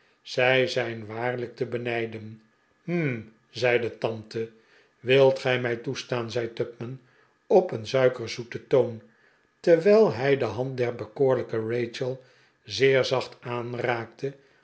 zij zijn waarlijk te benijden hm zei de tante wilt gij mij toestaan zei tupman op een suikerzoeten toon terwijl hij de hand der bekoorlijke rachel zeer zacht aanraakte